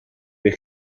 eich